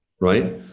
right